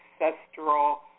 ancestral